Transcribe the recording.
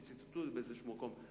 כי ציטטו אותי באיזה מקום,